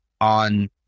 on